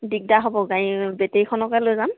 দিগদাৰ হ'ব গাড়ী বেটেৰীখনকে লৈ যাম